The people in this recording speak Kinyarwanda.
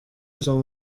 izo